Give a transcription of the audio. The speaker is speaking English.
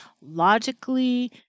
logically